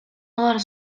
алар